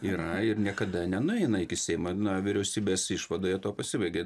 yra ir niekada nenueina iki seimo na vyriausybės išvadoje tuo pasibaigė